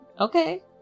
okay